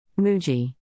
Muji